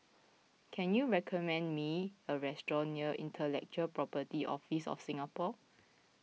can you recommend me a restaurant near Intellectual Property Office of Singapore